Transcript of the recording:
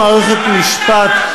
בכל מערכת משפט,